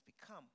become